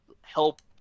help